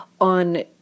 on